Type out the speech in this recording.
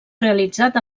realitzat